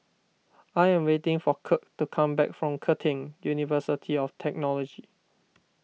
I am waiting for Kirk to come back from Curtin University of Technology